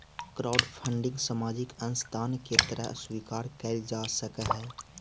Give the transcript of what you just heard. crowdfunding सामाजिक अंशदान के तरह स्वीकार कईल जा सकऽहई